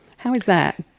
how is that?